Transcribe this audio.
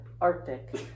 Arctic